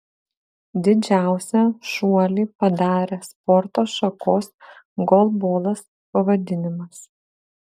didžiausią šuolį padarė sporto šakos golbolas pavadinimas